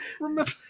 Remember